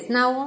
Now